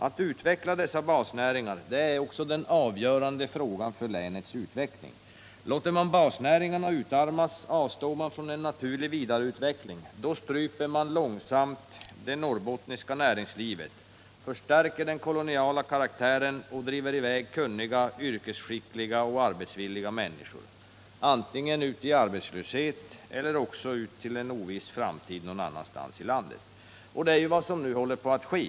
Att utveckla dessa basnäringar är den avgörande frågan för länet. Låter man basnäringarna utarmas, avstår man från en naturlig vidareutveckling, då stryper man långsamt det norrbottniska näringslivet, förstärker den koloniala karaktären och driver i väg kunniga, yrkesskickliga och arbetsvilliga människor — antingen ut i arbetslöshet eller också ut till en oviss framtid någon annanstans i landet. Det är vad som nu håller på att ske.